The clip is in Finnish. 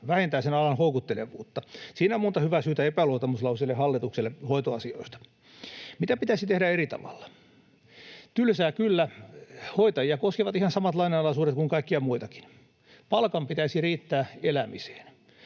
vähentää sen alan houkuttelevuutta. Siinä on monta hyvää syytä epäluottamuslauseeseen hallitukselle hoitoasioista. Mitä pitäisi tehdä eri tavalla? Tylsää kyllä, hoitajia koskevat ihan samat lainalaisuudet kuin kaikkia muitakin. Palkan pitäisi riittää elämiseen,